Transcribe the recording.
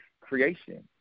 creation